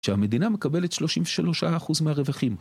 שהמדינה מקבלת 33% מהרווחים.